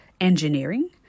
engineering